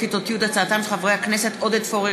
בהצעתם של חברי הכנסת עודד פורר,